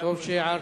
טוב שהערת